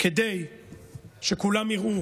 כדי שכולם יראו